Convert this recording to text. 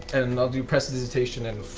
and i'll do prestidigitation and